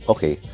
Okay